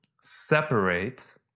separate